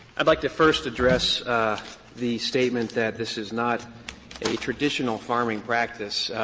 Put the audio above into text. i'd like to first address the statement that this is not a traditional farming practice.